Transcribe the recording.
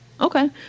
Okay